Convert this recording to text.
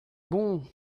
bon